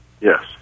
Yes